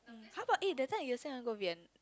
how about eh that time you said you want to go vie~